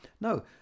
no